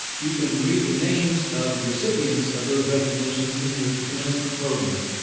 you can read the names of the recipients of those recognitions in your commencement program.